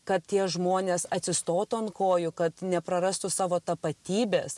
kad tie žmonės atsistotų ant kojų kad neprarastų savo tapatybės